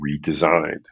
redesigned